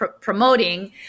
promoting